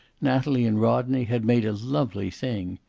natalie and rodney had made a lovely thing.